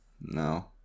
No